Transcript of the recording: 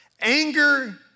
Anger